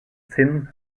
thin